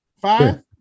Five